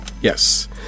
Yes